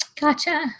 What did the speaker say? Gotcha